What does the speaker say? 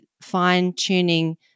fine-tuning